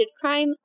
crime